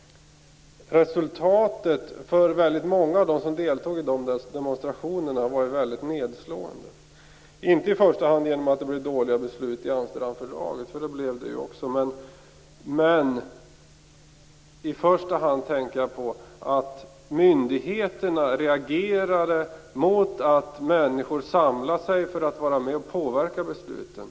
Resultatet för väldigt många av dem som deltog i de demonstrationerna var mycket nedslående. Inte i första hand därför att det blev dåliga beslut i Amsterdamfördraget, för det blev det ju också, utan jag tänkte på att myndigheterna reagerade mot att människor samlade sig för att vara med och påverka besluten.